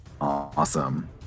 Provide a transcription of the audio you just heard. Awesome